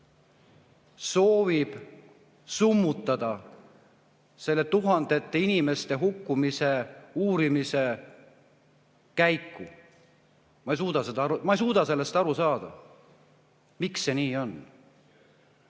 soovib summutada selle tuhandete inimeste hukkumise uurimise käiku? Ma ei suuda sellest aru saada, miks see nii on.